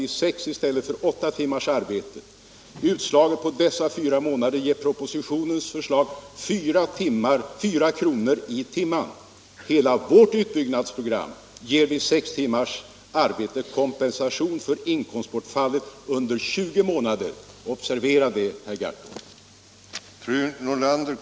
Propositionens förslag utslaget på fyra månader ger 4 kr. i timmen. Hela vårt utbyggnadsförslag ger vid sex timmars arbetsdag kompensation för inkomstbortfallet under 20 månader — observera det, herr Gahrton!